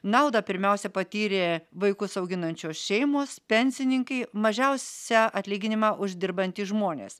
naudą pirmiausia patyrė vaikus auginančios šeimos pensininkai mažiausią atlyginimą uždirbantys žmonės